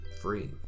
free